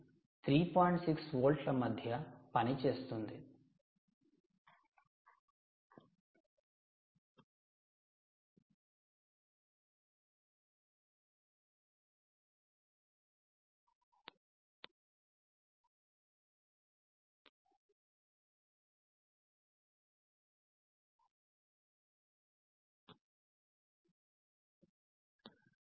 6 వోల్ట్ల మధ్య పనిచేస్తుంది